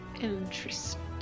Interesting